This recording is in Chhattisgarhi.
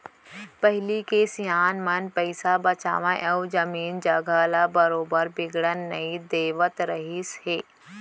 पहिली के सियान मन पइसा बचावय अउ जमीन जघा ल बरोबर बिगड़न नई देवत रहिस हे